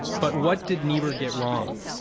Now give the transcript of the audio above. but what did niebuhr get wrong?